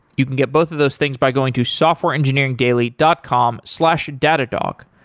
you can get both of those things by going to softwareengineeringdaily dot com slash datadog.